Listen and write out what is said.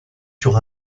sur